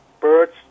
Birds